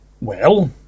Well